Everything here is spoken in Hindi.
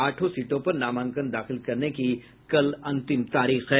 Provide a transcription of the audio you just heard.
आठों सीटों पर नामांकन दाखिल करने की कल अंतिम तारीख है